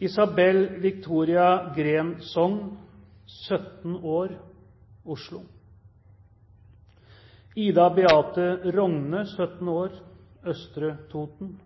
Isabel Victoria Green Sogn, 17 år, Oslo Ida Beathe Rogne, 17 år, Østre Toten